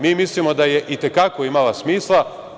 Mi mislimo da je i te kako imala smisla.